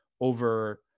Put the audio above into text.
over